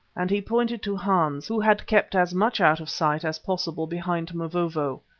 and he pointed to hans, who had kept as much out of sight as possible behind mavovo,